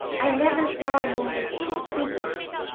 i never saw a man so pleased.